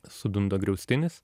sudunda griaustinis